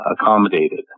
accommodated